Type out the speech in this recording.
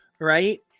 Right